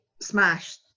smashed